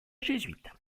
jésuite